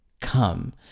come